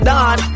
Don